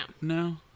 no